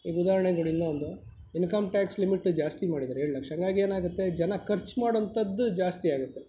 ಈಗ ಉದಾಹರಣೆಗೆ ನೋಡಿ ಇನ್ನೂ ಒಂದು ಇನ್ಕಮ್ ಟ್ಯಾಕ್ಸ್ ಲಿಮಿಟ್ ಜಾಸ್ತಿ ಮಾಡಿದರೆ ಏಳು ಲಕ್ಷ ಹಾಗಾಗಿ ಏನಾಗುತ್ತೆ ಜನ ಖರ್ಚು ಮಾಡುವಂತದ್ದು ಜಾಸ್ತಿ ಆಗುತ್ತೆ